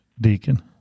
deacon